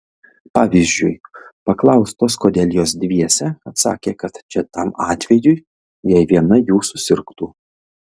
pavyzdžiui paklaustos kodėl jos dviese atsakė kad čia tam atvejui jei viena jų susirgtų